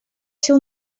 ser